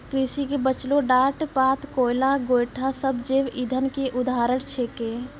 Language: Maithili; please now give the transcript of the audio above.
कृषि के बचलो डांट पात, कोयला, गोयठा सब जैव इंधन के उदाहरण छेकै